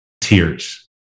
tears